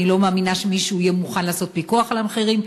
אני לא מאמינה שמישהו יהיה מוכן לעשות פיקוח על המחירים,